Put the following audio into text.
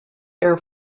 air